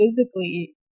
physically